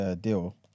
deal